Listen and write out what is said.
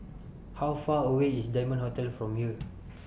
How Far away IS Diamond Hotel from here